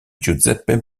giuseppe